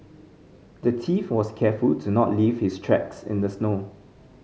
the thief was careful to not leave his tracks in the snow